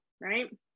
right